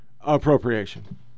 appropriation